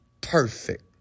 perfect